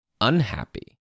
unhappy